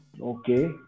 Okay